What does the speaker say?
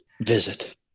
visit